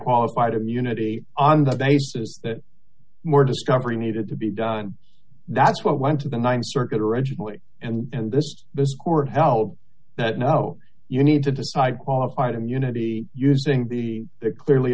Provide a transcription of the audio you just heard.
qualified immunity on the basis that more discovery needed to be done and that's what went to the th circuit originally and this the court held that no you need to decide qualified immunity using the clearly